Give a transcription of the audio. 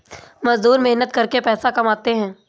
मजदूर मेहनत करके पैसा कमाते है